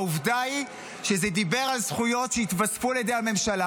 העובדה היא שזה דיבר על זכויות שיתווספו על ידי הממשלה,